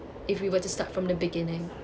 if we were to start from the beginning